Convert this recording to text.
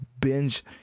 binge